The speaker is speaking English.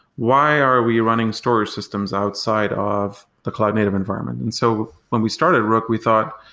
why are we running storage systems outside of the cloud native environment? and so when we started rook, we thought,